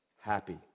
happy